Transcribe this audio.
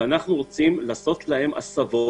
ואנחנו רוצים לעשות להם הסבות,